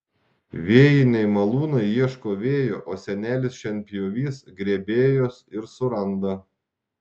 vėjiniai malūnai ieško vėjo o senelis šienpjovys grėbėjos ir suranda